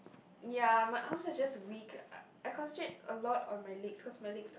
ya my arms are just weak uh I concentrate a lot on my legs cause my legs are